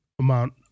amount